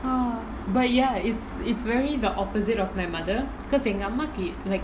oh but ya it's it's very the opposite of my mother because எங்க அம்மாக்கு:enga ammakku like